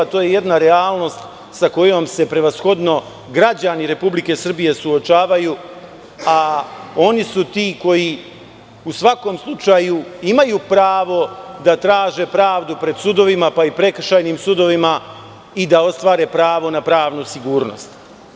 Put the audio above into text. To je jedna realnost sa kojom se prevashodno građani Republike Srbije suočavaju, a oni su ti koji u svakom slučaju imaju pravo da traže pravdu pred sudovima, pa i prekršajnim sudovima i da ostvare pravo na pravnu sigurnost.